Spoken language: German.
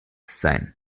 sein